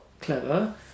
clever